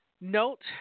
Note